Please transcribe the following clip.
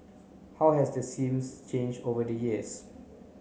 how has the seems change over the years